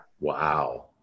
Wow